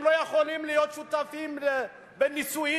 הם לא יכולים להיות שותפים בנישואים,